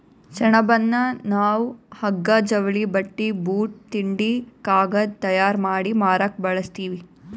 ಸೆಣಬನ್ನ ನಾವ್ ಹಗ್ಗಾ ಜವಳಿ ಬಟ್ಟಿ ಬೂಟ್ ತಿಂಡಿ ಕಾಗದ್ ತಯಾರ್ ಮಾಡಿ ಮಾರಕ್ ಬಳಸ್ತೀವಿ